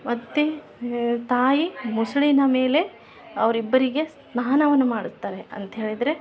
ಮತ್ತು ತಾಯಿ ಮೊಸುಳಿನ ಮೇಲೆ ಅವ್ರ ಇಬ್ಬರಿಗೆ ಸ್ನಾನವನ್ನ ಮಾಡಸ್ತಾಳೆ ಅಂತೇಳಿದರೆ